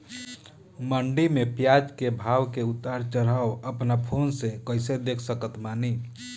मंडी मे प्याज के भाव के उतार चढ़ाव अपना फोन से कइसे देख सकत बानी?